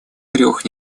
трех